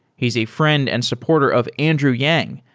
he's a friend and supporter of andrew yang,